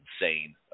insane